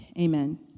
Amen